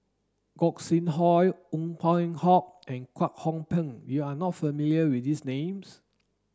Gog Sing Hooi Ong Peng Hock and Kwek Hong Png you are not familiar with these names